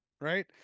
right